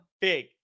Big